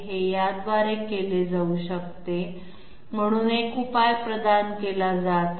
हे याद्वारे केले जाऊ शकते म्हणून एक उपाय प्रदान केला जात आहे हे